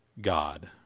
God